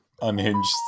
unhinged